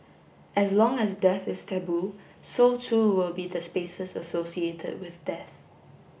as long as death is taboo so too will be the spaces associated with death